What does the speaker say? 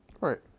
Right